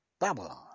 Babylon